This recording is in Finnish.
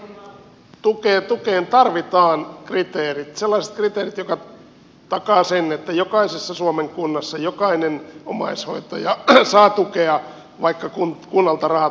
omaishoidon tukeen tarvitaan kriteerit sellaiset kriteerit jotka takaavat sen että jokaisessa suomen kunnassa jokainen omaishoitaja saa tukea vaikka kunnalta rahat loppuisivatkin